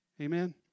Amen